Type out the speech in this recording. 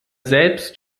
selbst